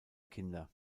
kinder